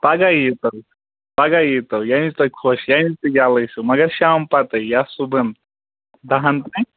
پگاہ یِی تَو پگاہ یِی تَو ییٚمہِ وِزِ تۄہہِ خۄش ییٚمہِ وِز تہِ یَلہٕ ٲسیُو مگر شام پَتٕے یا صُبحَن دَہَن تانۍ